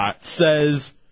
says